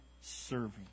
serving